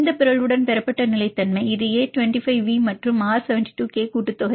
இந்த பிறழ்வுடன் பெறப்பட்ட நிலைத்தன்மை இது A25V மற்றும் R72K கூட்டுதொகை